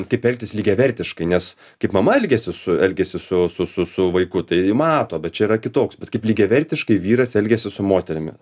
kaip elgtis lygiavertiškai nes kaip mama elgiasi su elgiasi su su su su su vaiku tai mato bet čia yra kitoks bet kaip lygiavertiškai vyras elgiasi su moterimi